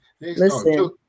Listen